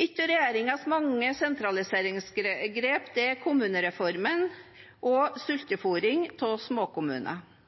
Et av regjeringens mange sentraliseringsgrep er kommunereformen og sultefôring av småkommuner.